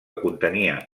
contenia